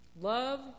Love